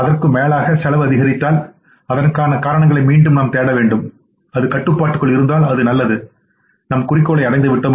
அதற்கும் மேலாக செலவு அதிகரித்தால் அதற்கான காரணங்களை மீண்டும் நாம் தேட வேண்டும் அது கட்டுப்பாட்டுக்குள் இருந்தால் அது நல்லது நாம் குறிக்கோள்களை அடைந்துவிட்டோம்